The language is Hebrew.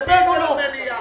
הבאנו לו.